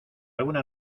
alguna